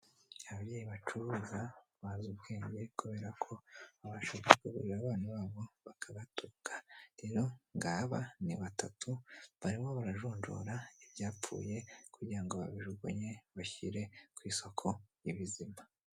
Ababyeyi bacuruza bazi ubwenge kubera ko bashaka kuburira abana babo bakabatuka. Rero ngaba ni batatu, barimo barajonjora ibyapfuye, kugira ngo babijugunye, bashyire ku isoko ibizima.